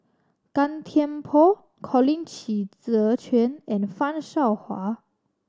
Gan Thiam Poh Colin Qi Zhe Quan and Fan Shao Hua